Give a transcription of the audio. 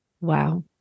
Wow